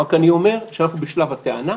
אני רק אומר שאנחנו בשלב הטענה,